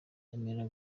emera